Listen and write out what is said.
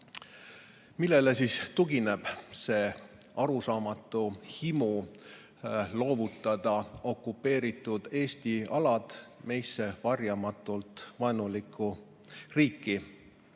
on. Millele siis tugineb see arusaamatu himu loovutada okupeeritud Eesti alad meisse varjamatult vaenulikult